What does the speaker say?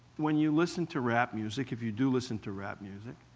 when you listen to rap music if you do listen to rap music